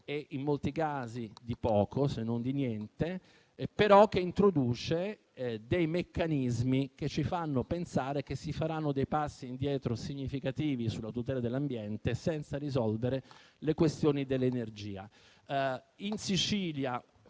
e in molti casi di poco, se non di niente, che tuttavia introduce meccanismi che ci fanno pensare che si faranno dei passi indietro significativi sulla tutela dell'ambiente, senza risolvere le questioni dell'energia. In Sicilia